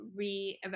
reevaluate